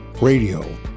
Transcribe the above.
Radio